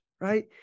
right